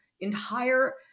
entire